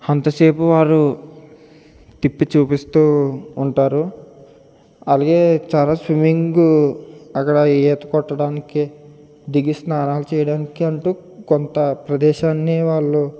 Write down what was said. అంతసేపు వారు తిప్పి చూపిస్తూ ఉంటారు అలాగే చాలా స్విమ్మింగ్ అక్కడ ఈత కొట్టడానికి దిగి స్నానాలు చేయడానికి అంటూ కొంత ప్రదేశాన్ని వాళ్ళు